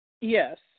Yes